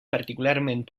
particularment